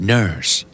Nurse